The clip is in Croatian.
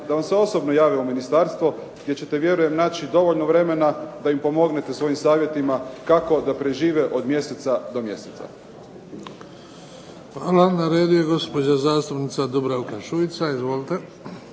da vam se osobno jave u ministarstvo, gdje ćete vjerujem naći dovoljno vremena da im pomognete svojim savjetima kako da prežive od mjeseca do mjeseca. **Bebić, Luka (HDZ)** Hvala. Na redu je gospođa zastupnica Dubravka Šuica. Izvolite.